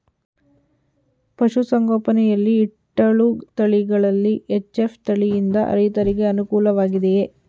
ಪಶು ಸಂಗೋಪನೆ ಯಲ್ಲಿ ಇಟ್ಟಳು ತಳಿಗಳಲ್ಲಿ ಎಚ್.ಎಫ್ ತಳಿ ಯಿಂದ ರೈತರಿಗೆ ಅನುಕೂಲ ವಾಗಿದೆಯೇ?